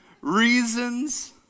Reasons